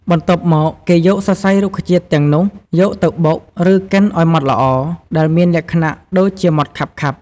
បន្ទាប់មក គេយកសរសៃរុក្ខជាតិទាំងនោះយកទៅបុក ឬកិនឱ្យម៉ដ្ឋល្អ ដែលមានលក្ខណៈដូចជាម៉ដ្ឋខាប់ៗ។